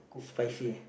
spicy